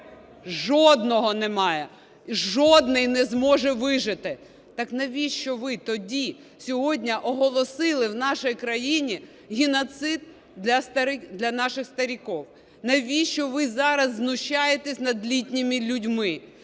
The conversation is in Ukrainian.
Жодного немає. Жодний не зможе вижити. Так навіщо ви тоді сьогодні оголосили в нашій країні геноцид для наших стариків? Навіщо ви зараз знущаєтесь над літніми людьми?